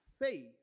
faith